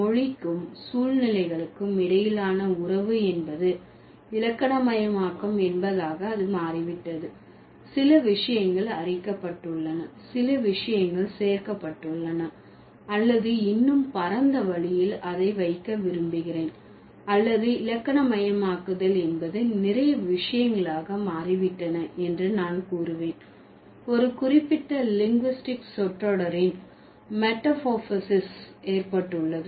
மொழிக்கும் சூழ்நிலைகளுக்கும் இடையிலான உறவு என்பது இலக்கணமயமாக்கம் என்பதாக அது மாறிவிட்டது சில விஷயங்கள் அரிக்கப்பட்டுள்ளன சில விஷயங்கள் சேர்க்கப்பட்டுள்ளன அல்லது இன்னும் பரந்த வழியில் அதை வைக்க விரும்புகிறேன் அல்லது இலக்கணமயமாக்குதல் என்பது நிறைய விஷயங்களாக மாறிவிட்டன என்று நான் கூறுவேன் ஒரு குறிப்பிட்ட லிங்குஸ்டிக் சொற்றொடரின் மெட்டாமோர்போஸிஸ் ஏற்பட்டுள்ளது